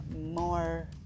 more